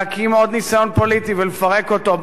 להקים עוד ניסיון פוליטי ולפרק אותו,